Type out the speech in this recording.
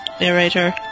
narrator